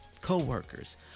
co-workers